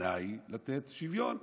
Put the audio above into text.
הכוונה היא לתת שוויון,